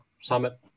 summit